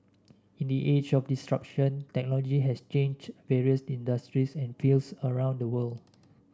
in the age of disruption technology has changed various industries and fields around the world